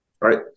right